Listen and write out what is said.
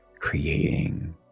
creating